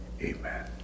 amen